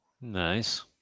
Nice